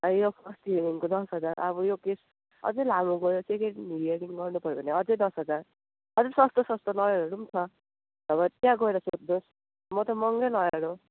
यो अस्ति हेयरिङको दस हजार अब यो केस अझै लामो गयो सेकेन्ड हेयरिङ गर्नुपऱ्यो भने अझै दस हजार अझै सस्तो सस्तो लयरहरू पनि छ तपाईँ त्यहाँ गएर सोध्नुस् म त महँगै लयर हो